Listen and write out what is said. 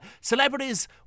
Celebrities